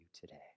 today